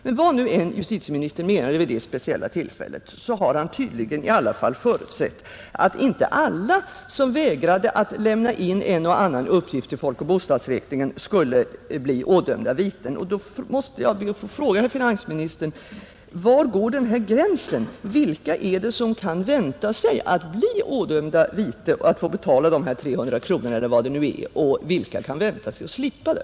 Men vad än justitieministern menade vid det speciella tillfället har han tydligen i alla fall förutsett att inte alla som vägrade att lämna in en och annan uppgift till folkoch bostadsräkningen skulle bli ådömda viten. Därför måste jag fråga finansministern: Var går denna gräns? Vilka är det som kan vänta sig att bli ådömda vite och att få betala de här 300 kronorna, eller vad det nu är fråga om, och vilka kan vänta sig att slippa det?